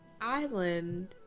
island